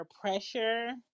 pressure